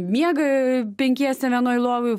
miega penkiese vienoj lovoj